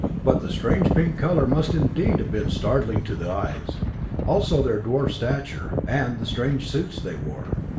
but the strange pink color must indeed have been startling to the eyes also their dwarf stature, and the strange suits they wore.